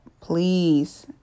please